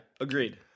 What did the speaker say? Agreed